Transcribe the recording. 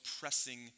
pressing